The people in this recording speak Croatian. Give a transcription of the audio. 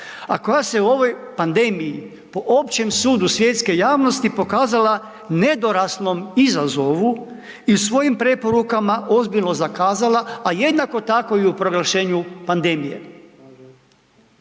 a koja se u ovoj pandemiji po općem sudu svjetske javnosti pokazala nedoraslom izazovu i u svojim preporukama ozbiljno zakazala, a jednako tako i u proglašenju pandemije.